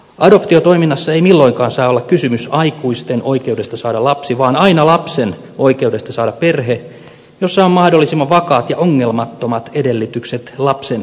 adoptiotoiminnassa ei milloinkaan saa olla kysymys aikuisten oikeudesta saada lapsi vaan aina lapsen oikeudesta saada perhe jossa on mahdollisimman vakaat ja ongelmattomat edellytykset lapsen kasvamiselle